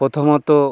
প্রথমত